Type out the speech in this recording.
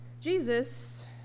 Jesus